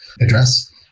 address